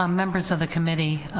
ah members of the committee,